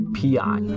PI